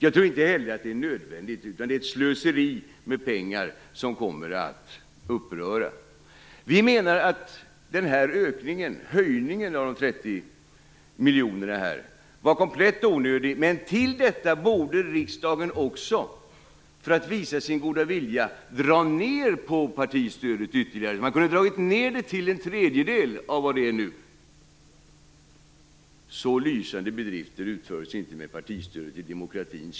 Jag tror inte heller att det är nödvändigt, utan det är ett slöseri med pengar som kommer att uppröra. Man kunde ha dragit ned det till en tredjedel av vad det är nu.